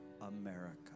America